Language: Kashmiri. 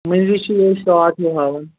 مٔنٛزی چھِ یِہٕے شاٹ ہیوٗ ہاوَان